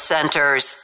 Centers